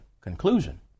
conclusion